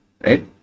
right